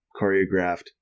choreographed